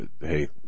hey